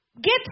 Get